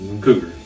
Cougar